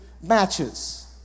matches